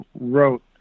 wrote